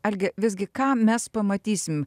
algi visgi ką mes pamatysim